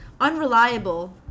unreliable